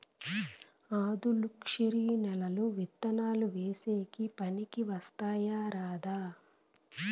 ఆధులుక్షరి నేలలు విత్తనాలు వేసేకి పనికి వస్తాయా రాదా?